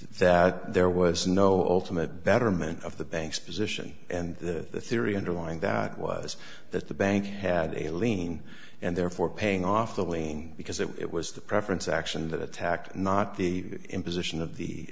that there was no ultimate betterment of the banks position and the theory underlying that was that the bank had a lien and therefore paying off the lien because it was the preference action that attacked not the imposition of the